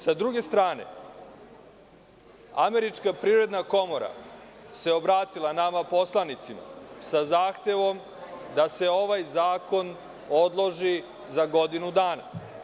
Sa druge strane, Američka privredna komora se obratila nama poslanicima sa zahtevom da se ovaj zakon odloži za godinu dana.